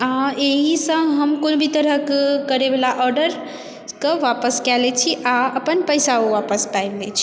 आ एहिसँ हम कोनो भी तरहक करयवला ऑर्डरके वापस कए लैत छी आ अपन पैसा वापस पाबि लैत छी